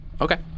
Okay